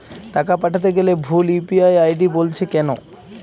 টাকা পাঠাতে গেলে ভুল ইউ.পি.আই আই.ডি বলছে কেনো?